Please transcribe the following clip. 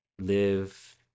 live